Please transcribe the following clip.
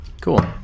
Cool